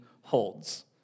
holds